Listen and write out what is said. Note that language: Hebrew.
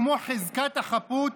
כמו חזקת החפות,